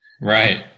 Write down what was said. Right